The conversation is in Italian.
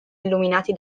illuminati